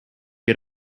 get